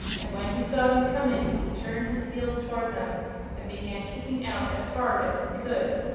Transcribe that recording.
and when he saw them coming he turned his heels toward them and began kicking out as hard as he could.